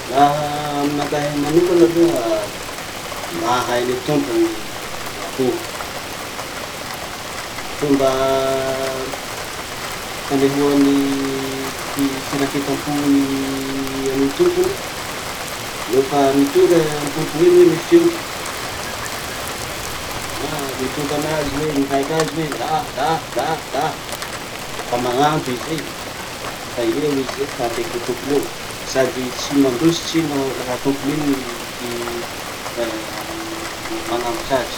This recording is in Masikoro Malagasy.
Laha aminakahy manokana aloha mahay ny tompony ny akoho. Fomba fanehoan'ny ty firaketam-pony amy tompony, nofa mitoka tompony iny mifoiky na mitoka anazy hoe, mikaiky azy hoe nda nda nda nda, lafa mananto i zay. Fa eo i zay fa akeky tompony eo, sady tsy mandosotry i no laha tompony iny ah manambotry azy.